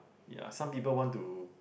ya some people want to